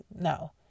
no